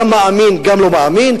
גם מאמין גם לא מאמין,